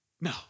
No